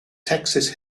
texas